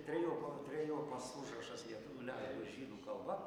trejpoa trejopas užrašas lietuvių lenkų ir žydų kalba